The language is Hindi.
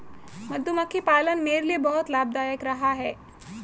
मधुमक्खी पालन मेरे लिए बहुत लाभदायक रहा है